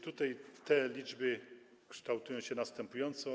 Tutaj te liczby kształtują się następująco.